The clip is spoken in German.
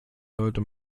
sollte